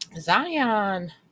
Zion